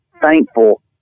thankful